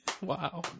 Wow